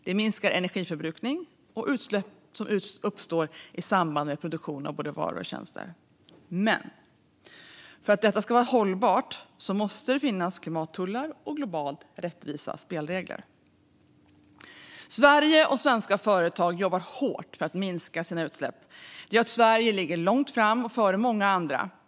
Detta minskar energiförbrukning och utsläpp som uppstår i samband med produktion av både varor och tjänster. Men för att detta ska vara hållbart måste det finnas klimattullar och globala rättvisa spelregler. Sverige och svenska företag jobbar hårt för att minska sina utsläpp. Det gör att Sverige ligger långt fram och före många andra.